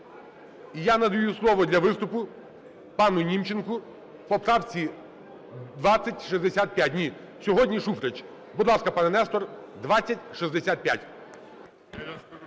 я надаю слово для виступу пану Німченку по поправці 2065. Ні, сьогодні Шуфрич. Будь ласка, пане Нестор, 2065.